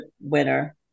winner